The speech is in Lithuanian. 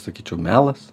sakyčiau melas